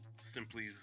simply